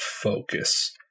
focus